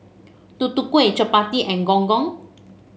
Tutu Kueh chappati and Gong Gong